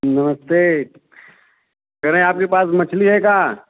नमस्ते कह रहे हैं आपके पास मछली है का